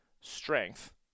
strength